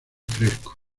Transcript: fresco